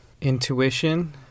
intuition